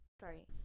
Sorry